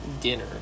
dinner